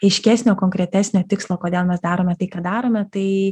aiškesnio konkretesnio tikslo kodėl mes darome tai ką darome tai